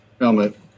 helmet